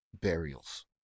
burials